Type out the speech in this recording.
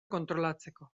kontrolatzeko